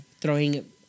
throwing